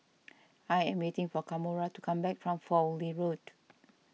I am waiting for Kamora to come back from Fowlie Road